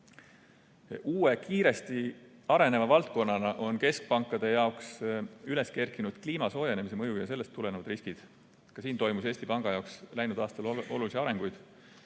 Uue kiiresti areneva valdkonnana on keskpankade jaoks üles kerkinud kliima soojenemise mõju ja sellest tulenevad riskid. Ka siin toimus Eesti Panga jaoks läinud aastal olulisi arenguid.